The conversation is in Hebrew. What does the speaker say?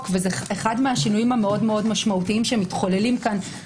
וזה אחד השינויים המאוד משמעותיים שמתחוללים פה.